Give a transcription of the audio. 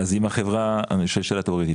אני שואל שאל התיאורטית.